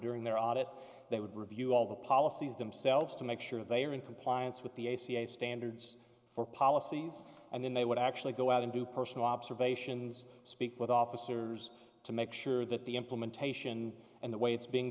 during their audit they would review all the policies themselves to make sure they are in compliance with the a c s standards for policies and then they would actually go out and do personal observations speak with officers to make sure that the implementation and the way it's being